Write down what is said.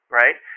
right